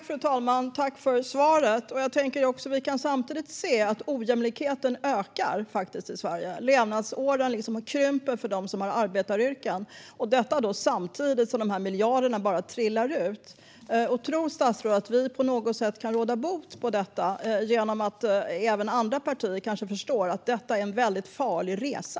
Fru talman! Tack för svaret! Vi kan samtidigt se att ojämlikheten faktiskt ökar i Sverige. Levnadsåren krymper för dem som har arbetaryrken, detta samtidigt som de här miljarderna bara trillar ut. Tror statsrådet att vi på något sätt kan råda bot på detta genom att även andra partier kanske förstår att detta är en väldigt farlig resa?